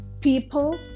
people